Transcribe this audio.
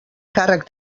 càrrec